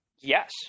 Yes